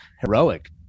heroic